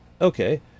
okay